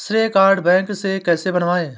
श्रेय card bank से कैसे बनवाएं?